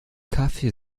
kaffee